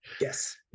Yes